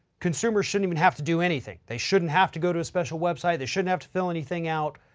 consumers shouldn't even have to do anything. they shouldn't have to go to a special website. they shouldn't have to fill anything out.